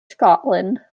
scotland